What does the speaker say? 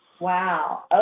Wow